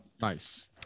nice